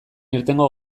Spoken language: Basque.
irtengo